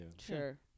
Sure